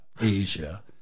Asia